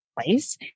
place